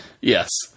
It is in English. Yes